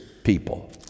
people